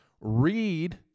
read